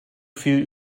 viel